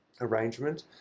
arrangement